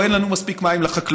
או אין לנו מספיק מים לחקלאות.